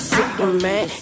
Superman